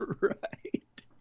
Right